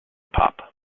pop